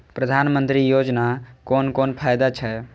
प्रधानमंत्री योजना कोन कोन फायदा छै?